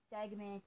segment